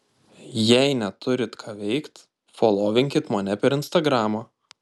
jei neturit ką veikt folovinkit mane per instagramą